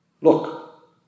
Look